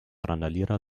randalierer